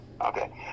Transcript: okay